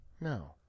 No